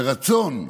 מרצון,